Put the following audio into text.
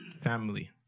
Family